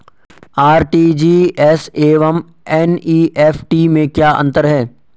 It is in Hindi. आर.टी.जी.एस एवं एन.ई.एफ.टी में क्या अंतर है?